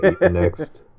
Next